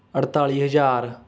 ਅਠਤਾਲੀ ਹਜ਼ਾਰ